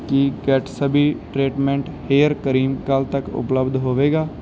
ਕੀ Gatsby treatment hair cream ਕੱਲ੍ਹ ਤੱਕ ਉਪਲੱਬਧ ਹੋਵੇਗਾ